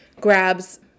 grabs